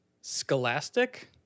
Scholastic